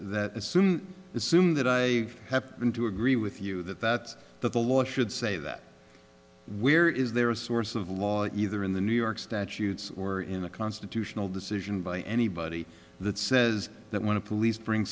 that assume the sooner that i happen to agree with you that that's what the law should say that where is there a source of law either in the new york statutes or in the constitutional decision by anybody that says that want to police bring